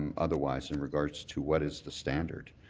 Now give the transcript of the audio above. um otherwise in regards to what is the standard.